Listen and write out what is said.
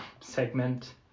segment